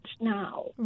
now